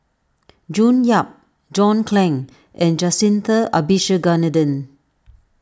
June Yap John Clang and Jacintha Abisheganaden